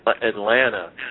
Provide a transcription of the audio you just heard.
Atlanta